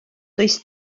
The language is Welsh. does